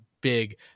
big